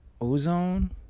Ozone